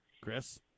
Chris